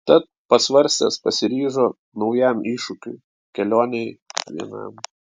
tad pasvarstęs pasiryžo naujam iššūkiui kelionei vienam